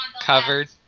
covered